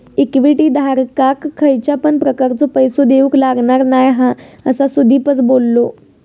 equity धारकाक खयच्या पण प्रकारचो पैसो देऊक लागणार नाय हा, असा सुदीपच बोललो